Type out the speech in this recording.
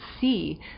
see